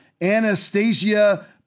Anastasia